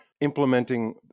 implementing